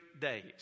days